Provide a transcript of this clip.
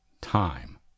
time